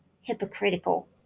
Hypocritical